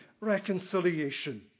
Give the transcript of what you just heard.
reconciliation